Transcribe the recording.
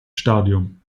stadium